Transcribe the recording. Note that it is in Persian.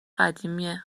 قدیمه